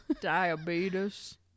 Diabetes